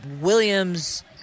Williams